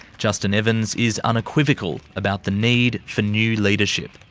justin evans is unequivocal about the need for new leadership.